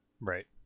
Right